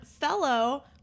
fellow